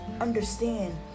understand